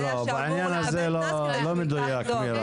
העניין הזה, מירה, לא מדויק.